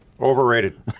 overrated